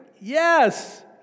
Yes